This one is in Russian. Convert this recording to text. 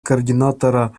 координатора